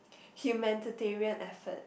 humanitarian effort